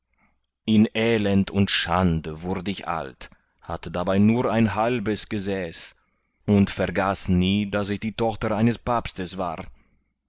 in elend und schande wurde ich alt hatte dabei nur ein halbes gefäß und vergaß nie daß ich die tochter eines papstes war